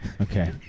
Okay